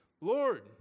Lord